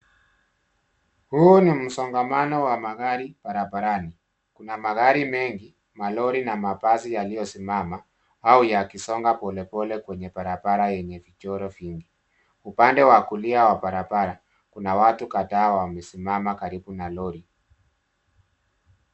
Huu ni msongamano wa magari barabarani. Kuna magari mengi, malori na mabasi yaliyosimama au yakisonga polepole kwenye barabara yenye vichoro vingi. Upande wa kulia wa barabara kuna watu kadhaa wamesimama karibu na lori.